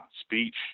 speech